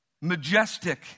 majestic